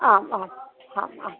आम् आम् हाम् आम्